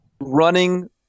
running